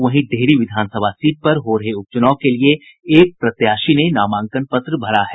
वहीं डेहरी विधानसभा सीट पर हो रहे उपचुनाव के लिए एक प्रत्याशी ने नामांकन पत्र भरा है